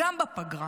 גם בפגרה,